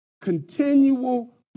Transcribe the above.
continual